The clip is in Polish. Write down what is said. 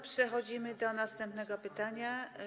Przechodzimy do następnego pytania.